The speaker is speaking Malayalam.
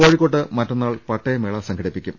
കോഴിക്കോട്ട് മറ്റന്നാൾ പട്ടയമേള സംഘടിപ്പിക്കും